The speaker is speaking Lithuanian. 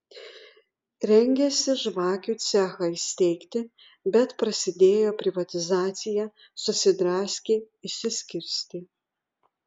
rengėsi žvakių cechą įsteigti bet prasidėjo privatizacija susidraskė išsiskirstė